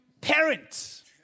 parents